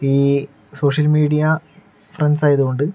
ഈ social media friends ആയതുകൊണ്ട്